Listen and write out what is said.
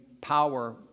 power